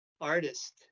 artist